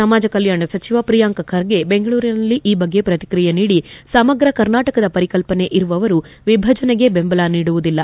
ಸಮಾಜ ಕಲ್ಕಾಣ ಸಚಿವ ಪ್ರಿಯಾಂಕ ಖರ್ಗೆ ಬೆಂಗಳೂರಿನಲ್ಲಿ ಈ ಬಗ್ಗೆ ಪ್ರತಿಕ್ರಿಯೆ ನೀಡಿ ಸಮಗ್ರ ಕರ್ನಾಟಕದ ಪರಿಕಲ್ಪನೆ ಇರುವವರು ವಿಭಜನೆಗೆ ಬೆಂಬಲ ನೀಡುವುದಿಲ್ಲ